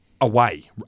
away